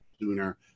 sooner